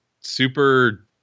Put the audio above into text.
super